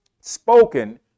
spoken